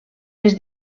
les